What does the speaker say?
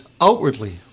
outwardly